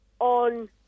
on